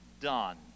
done